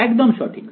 একদম সঠিক